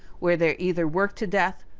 where they're either worked to death,